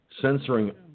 censoring